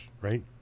right